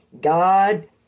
God